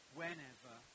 whenever